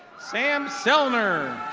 sam zelner.